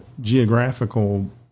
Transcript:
geographical